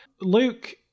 Luke